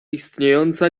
istniejąca